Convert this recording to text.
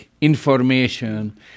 information